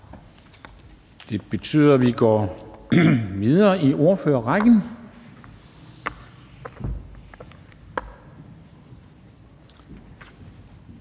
Det betyder, at vi går videre i ordførerrækken